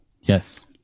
yes